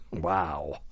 Wow